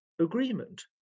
agreement